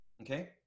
okay